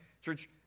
Church